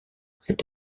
cette